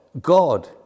God